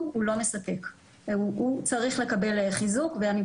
ובזמנו הוא תבע את עיריית ירושלים על חוסר טיפול